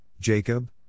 Jacob